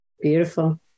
beautiful